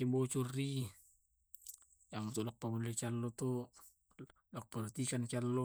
parakai motor kalau masulangki iyanaitu bengkel.